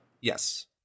Yes